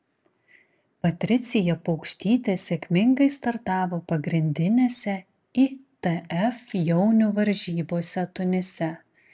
patricija paukštytė sėkmingai startavo pagrindinėse itf jaunių varžybose tunise